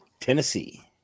Tennessee